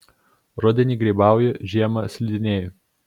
rudenį grybauju žiemą slidinėju